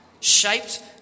shaped